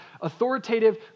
authoritative